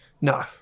No